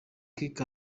kirk